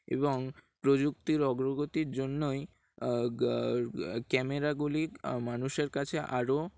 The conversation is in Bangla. এবং প্রযুক্তির অগ্রগতির জন্যই ক্যামেরাগুলি মানুষের কাছে আরও